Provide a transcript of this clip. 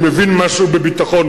אני מבין משהו בביטחון,